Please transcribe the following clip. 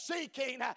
seeking